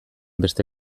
beste